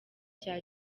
cya